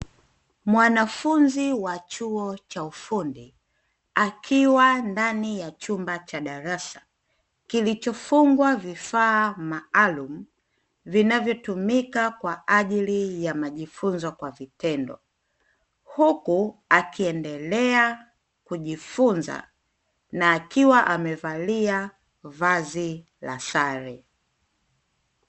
Mwanafunzi wa chuo cha ufundi akiwa ndani ya chumba cha darasa kilichofungwa vifaa maalumu vinavyotumika kwa ajili ya majifunzo kwa vitendo, huku akiendelea kujifunza na akiwa amevalia vazi la sare.